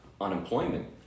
unemployment